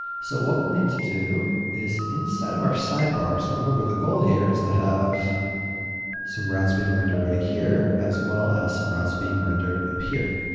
so, what we'll need to do is inside of our sidebar because remember the goal here is to have some routes being rendered right here as well as some routes being rendered up here.